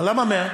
מה, למה 100?